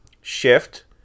shift